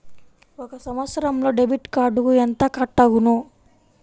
ఒక సంవత్సరంలో డెబిట్ కార్డుకు ఎంత కట్ అగును?